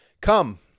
Come